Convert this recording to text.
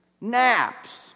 Naps